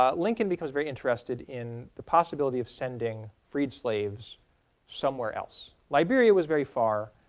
ah lincoln becomes very interested in the possibility of sending freed slaves somewhere else. liberia was very far.